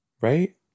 Right